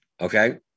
Okay